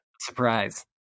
Surprise